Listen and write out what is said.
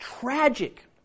tragic